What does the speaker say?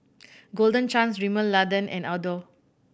Golden Chance Rimmel London and Adore